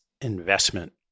investment